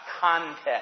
context